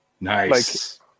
Nice